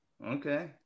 Okay